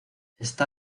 está